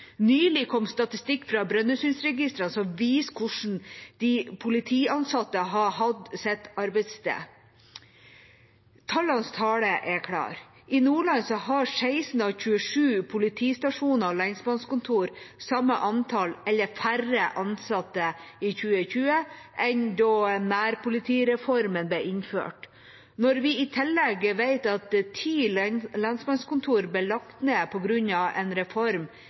Nylig kom statistikk fra Brønnøysundregistrene som viser hvor de politiansatte har hatt sitt arbeidssted. Tallenes tale er klar. I Nordland har 16 av 27 politistasjoner og lensmannskontor samme antall eller færre ansatte i 2020 som da nærpolitireformen ble innført. Når vi i tillegg vet at ti lensmannskontor ble lagt ned på grunn av en reform